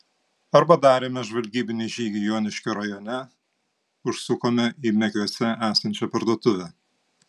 arba darėme žvalgybinį žygį joniškio rajone užsukome į mekiuose esančią parduotuvę